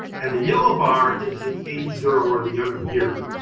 and the yellow bar is at age zero or the young of year,